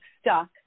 stuck